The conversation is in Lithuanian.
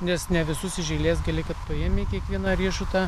nes ne visus iš eilės gali kad paėmei kiekvieną riešutą